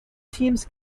teams